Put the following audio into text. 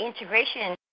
integration